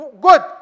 good